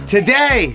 Today